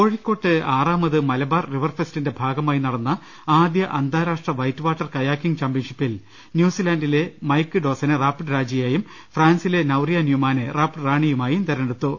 കോഴിക്കോട്ട് ആറാമത് മലബാർ റിവർഫെസ്റ്റിന്റെ ഭാഗമായി നടന്ന ആദ്യ അന്താരാഷ്ട്ര വൈറ്റ് വാട്ടൂർ കയാക്കിംഗ് ചാമ്പ്യൻഷിപ്പിൽ ന്യൂസിലാന്റിലെ മൈക്ക് ഡോസ്റ്റെന് റാപ്പിഡ് രാജ യായും ഫ്രാൻസിലെ നൌറിയ ന്യൂമാനെ റാപ്പിഡ് റാണിയുമായി തെരഞ്ഞെടുത്തു